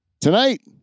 Tonight